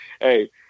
Hey